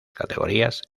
categorías